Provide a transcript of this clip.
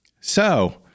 So-